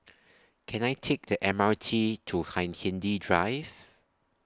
Can I Take The M R T to Hindhede Drive